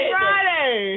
Friday